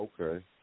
Okay